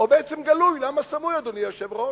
או בעצם גלוי, למה סמוי, אדוני היושב-ראש,